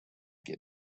get